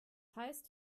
heißt